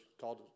called